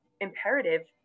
imperative